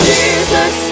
Jesus